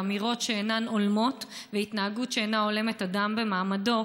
אמירות שאינן הולמות והתנהגות שאינה הולמת אדם במעמדו.